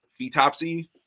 fetopsy